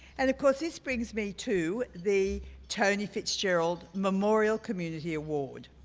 and of course this brings me to the tony fitzgerald memorial community award.